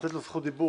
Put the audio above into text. לתת לו זכות דיבור.